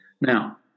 Now